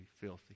filthy